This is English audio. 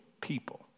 people